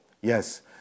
Yes